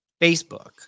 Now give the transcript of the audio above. Facebook